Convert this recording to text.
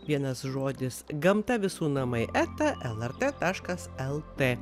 vienas žodis gamta visų namai eta lrt taškas lt